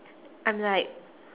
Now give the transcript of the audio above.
I'm like